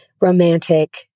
romantic